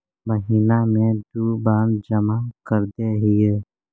महिना मे दु बार जमा करदेहिय?